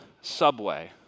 Subway